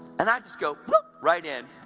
and i just go plooop! right in.